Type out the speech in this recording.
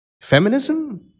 Feminism